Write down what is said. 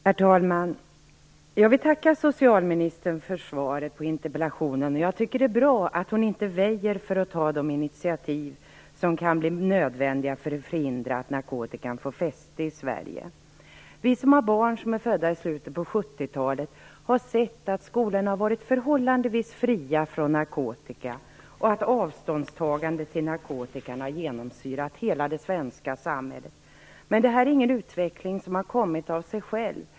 Herr talman! Jag vill tacka socialministern för svaret på interpellationen. Jag tycker att det är bra att hon inte väjer för att ta de initiativ som kan bli nödvändiga för att förhindra att narkotikan får fäste i Sverige. Vi som har barn som är födda i slutet på 70-talet har sett att skolorna har varit förhållandevis fria från narkotika, och att avståndstagandet till narkotikan har genomsyrat hela det svenska samhället. Men detta är ingen utveckling som har kommit av sig självt.